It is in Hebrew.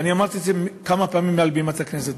ואני אמרתי את זה כמה פעמים מעל בימת הכנסת,